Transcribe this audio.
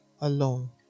alone